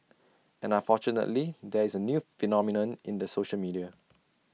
and unfortunately there is A new phenomenon in the social media